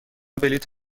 بلیط